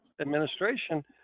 administration